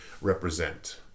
represent